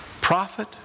prophet